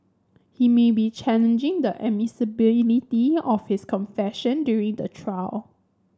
he may be challenging the admissibility of his confession during the trial